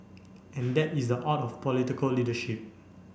and that is the art of political leadership